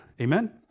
Amen